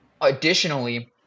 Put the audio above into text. additionally